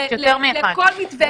לכל מתווה.